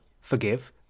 forgive